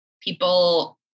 people